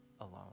alone